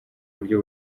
buryo